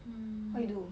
mm